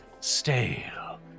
stale